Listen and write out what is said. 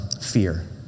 fear